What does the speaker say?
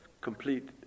complete